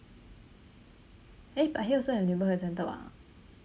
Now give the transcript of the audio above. eh but here also have neighbourhood centre [what]